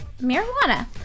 marijuana